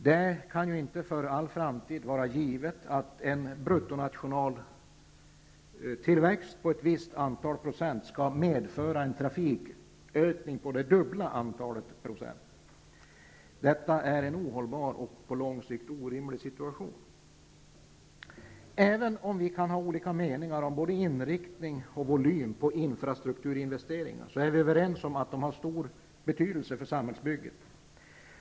Det kan inte för all framtid vara givet att en tillväxt på ett visst antal procent skall medföra en trafikökning på det dubbla antalet procent. Det är en ohållbar och på lång sikt orimlig situation. Även om vi kan ha olika meningar om både inriktning och volym på infrastrukturinvesteringar, är vi överens om att de har stor betydelse för samhällsbygget.